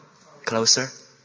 Closer